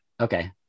okay